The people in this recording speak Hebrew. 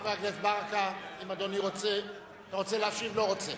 חבר הכנסת ברכה, אם אדוני רוצה להשיב, לא רוצה.